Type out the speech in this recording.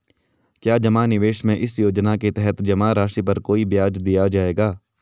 क्या जमा निवेश में इस योजना के तहत जमा राशि पर कोई ब्याज दिया जाएगा?